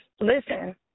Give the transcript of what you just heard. listen